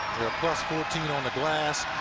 plus fourteen on the glass,